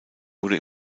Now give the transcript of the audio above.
wurde